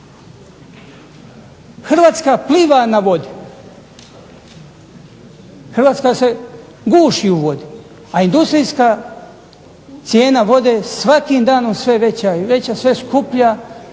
Hrvatska pliva na vodi, Hrvatska se guši u vodi, a industrijska cijena vode je svakim danom sve veća i veća, sve skuplja.